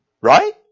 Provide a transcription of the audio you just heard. Right